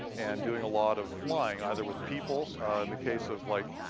and doing a lot of flying, either with people, in the case of, like,